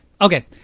Okay